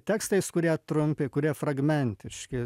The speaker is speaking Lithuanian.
tekstais kurie trumpi kurie fragmentiški